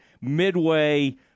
Midway